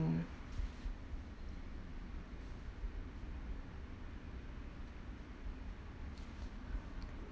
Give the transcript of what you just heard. mm